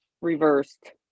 reversed